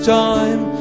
time